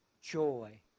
Joy